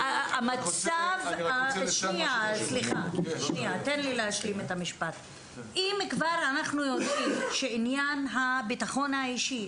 אם אנחנו כבר יודעים שעניין הבטחון האישי,